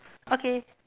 okay